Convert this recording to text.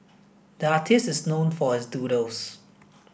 the artist is known for his doodles